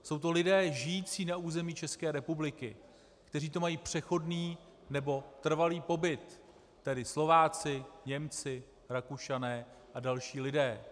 Jsou to lidé žijící na území České republiky, kteří tu mají přechodný nebo trvalý pobyt, tedy Slováci, Němci, Rakušané a další lidé.